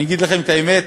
אני אגיד לכם את האמת?